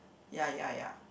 ya ya ya